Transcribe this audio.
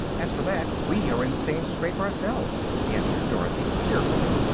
as for that, we are in the same scrape ourselves, answered dorothy, cheerfully.